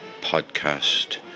podcast